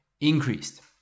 increased